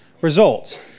results